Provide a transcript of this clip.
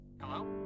Hello